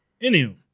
Anywho